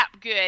Good